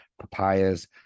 papayas